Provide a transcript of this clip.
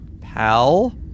Pal